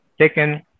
taken